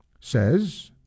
says